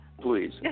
please